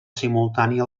simultània